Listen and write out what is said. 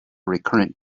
recurrent